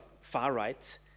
far-right